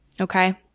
Okay